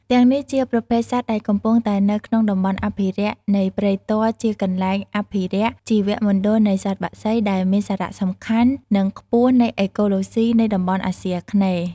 ទាំងនេះជាប្រភេទសត្វដែលកំពុងតែនៅក្នុងតំបន់អភិរក្សនៃព្រែកទាល់ជាកន្លែងអភិរក្សជីវមណ្ឌលនៃសត្វបក្សីដែលមានសារៈសំខាន់និងខ្ពស់នៃអេកូឡូសុីនៃតំបន់អាសុីអាគ្នេយ៍។